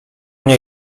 nie